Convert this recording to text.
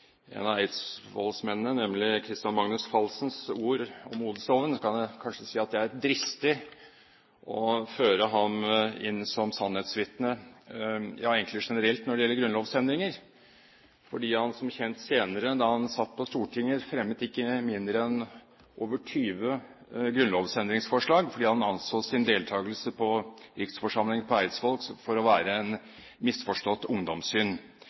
det er dristig å føre ham inn som sannhetsvitne – ja, egentlig generelt når det gjelder grunnlovsendringer – for da han senere satt på Stortinget, fremmet han som kjent ikke mindre enn over 20 grunnlovsendringsforslag fordi han anså sin deltakelse i riksforsamlingen på Eidsvoll for å være en misforstått ungdomssynd.